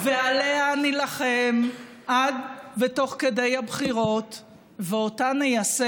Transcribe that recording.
עם, עדיף שאתה תצא בחוץ, תאמין לי.